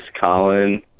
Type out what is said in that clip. Colin